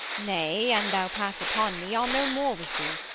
nay, and thou pass upon me, i'll no more with thee.